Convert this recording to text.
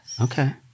Okay